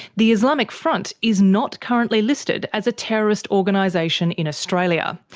the islamic front is not currently listed as a terrorist organisation in australia.